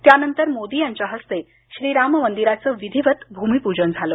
त्यानंतर मोदी यांच्या हस्ते श्रीराम मंदिराचं विधिवत भूमिपूजन झालं